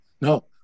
No